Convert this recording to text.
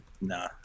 nah